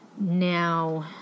Now